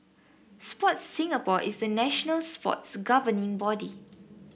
Sport Singapore is the national sports governing body